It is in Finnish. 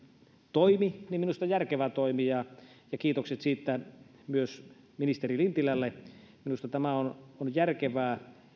toimi minusta järkevä toimi ja ja kiitokset siitä myös ministeri lintilälle minusta tämä on on järkevää